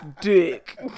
dick